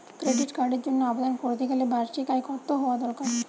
Credit কার্ডের জন্য আবেদন করতে গেলে বার্ষিক আয় কত হওয়া দরকার?